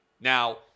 Now